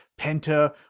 Penta